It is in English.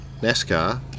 NASCAR